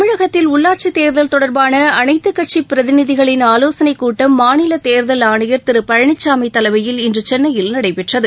தமிழகத்தில் உள்ளாட்சிதேர்தல் தொடர்பானஅனைத்துகட்சிபிரதிநிதிகளின் ஆவோசனைக் கட்டம் மாநிலதேர்தல் ஆணையர் திருபழனிசாமிதலைமையில் இன்றுசென்னையில் நடைபெற்றது